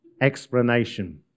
explanation